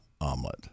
omelet